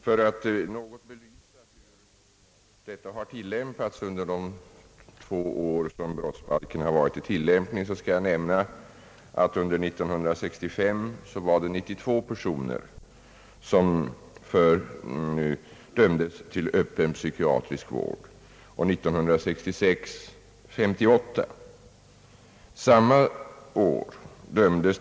För att något belysa tillämpningen på denna punkt under de få år brottsbalken gällt skall jag nämna, att under 1965 dömdes 92 personer till öppen psykiatrisk vård. År 1966 var motsvarande siffra 58.